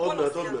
--- עוד מעט.